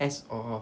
as of